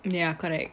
ya correct